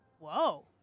Whoa